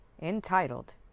entitled